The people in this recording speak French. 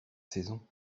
saison